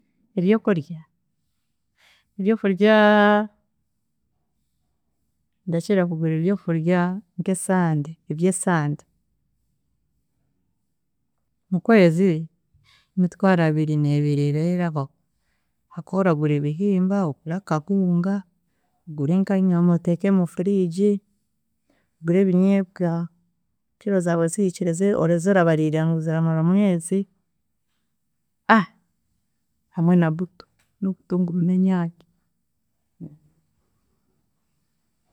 Ebyokudya? Ebyokudya, ndakira kugura ebyokudya nk’esande eby’esande, mukwezi? Emitwaro abiri n’ebiri are arahwaho, hakuba oragura ebihimba, ogure akahunga, ogure nk’enyaama oteeke omu fridge, ogure ebinyeebwa kiro zaawe zihikire ezorabariira ngu ziramara omwezi, hamwe na buto n’obutunguru n’enyaanya.